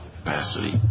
Capacity